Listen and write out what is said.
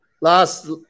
Last